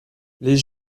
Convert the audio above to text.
les